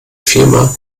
firma